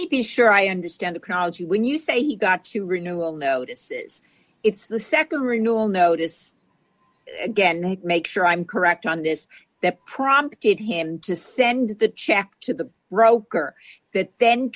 me be sure i understand the crowd you when you say he got to renewal notices it's the nd renewal notice again he'd make sure i'm correct on this that prompted him to send the check to the roker that then